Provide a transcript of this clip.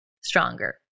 stronger